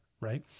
right